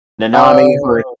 Nanami